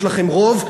יש לכם רוב.